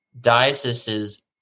dioceses